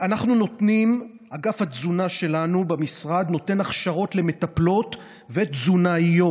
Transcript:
אגף התזונה שלנו במשרד נותן הכשרות למטפלות ותזונאיות.